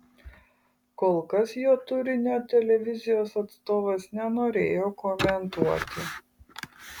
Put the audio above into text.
kol kas jo turinio televizijos atstovas nenorėjo komentuoti